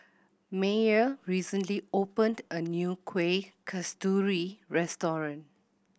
Meyer recently opened a new Kuih Kasturi restaurant